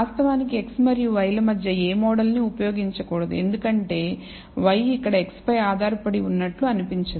వాస్తవానికి x మరియు y ల మధ్య ఏ మోడల్ను ఉపయోగించకూడదు ఎందుకంటే y ఇక్కడ x పై ఆధారపడి ఉన్నట్లు అనిపించదు